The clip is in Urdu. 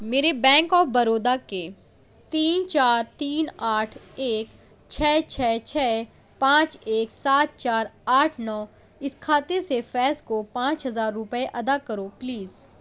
میرے بینک آف بروڈا کے تین چار تین آٹھ ایک چھ چھ چھ پانچ ایک سات چار آٹھ نو اس کھاتے سے فیض کو پانچ ہزار روپئے ادا کرو پلیز